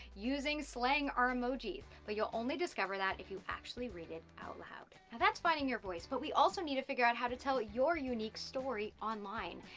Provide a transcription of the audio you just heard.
using slang or emojis, but you'll only discover that if you actually read it out loud. now that's finding your voice, but we also need to figure out how to tell your unique story online.